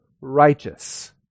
righteous